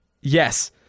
Yes